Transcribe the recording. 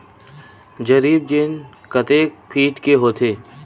जरीब चेन कतेक फीट के होथे?